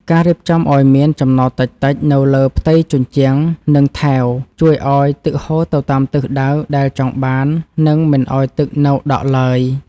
ការរៀបចំឱ្យមានចំណោទតិចៗនៅលើផ្ទៃជញ្ជាំង និង ថែវជួយឱ្យទឹកហូរទៅតាមទិសដៅដែលចង់បាន និង មិនឱ្យទឹកនៅដក់ឡើយ។